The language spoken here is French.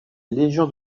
légion